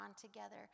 together